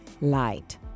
light